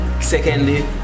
secondly